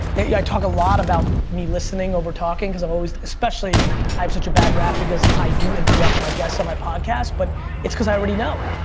yeah i talk a lot about me listening over talking, cause i'm always, especially i've such a bad rap, because i do interrupt my guests on my podcasts, but it's because i already know.